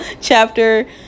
chapter